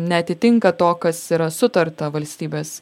neatitinka to kas yra sutarta valstybės